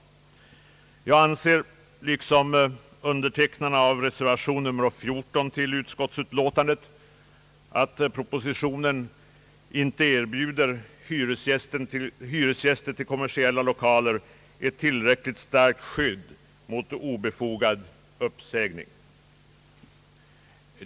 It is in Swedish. Jag anser, liksom undertecknarna av reservationen XIV till utskottsutlåtandet, att propositionen inte erbjuder hyresgäster av kommersiella lokaler ett tillräckligt starkt skydd mot obefogad uppsägning.